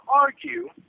argue